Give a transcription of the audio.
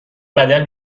بدل